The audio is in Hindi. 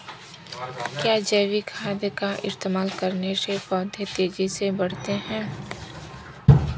क्या जैविक खाद का इस्तेमाल करने से पौधे तेजी से बढ़ते हैं?